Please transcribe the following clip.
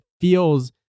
feels